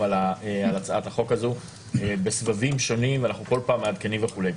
על הצעת החוק הזו בסבבים שונים ואנחנו כל פעם מעדכנים וכו'.